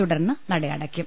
തുടർന്ന് നടയടയ്ക്കും